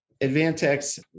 Advantex